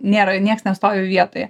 nėra ir nieks nestovi vietoje